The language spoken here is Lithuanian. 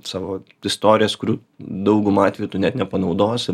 savo istorijas kurių dauguma atveju tu net nepanaudosi